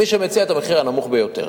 מי שמציע את המחיר הנמוך ביותר.